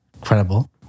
credible